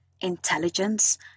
intelligence